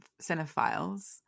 cinephiles